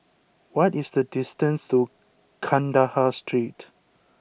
what is the distance to Kandahar Street